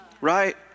right